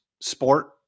sport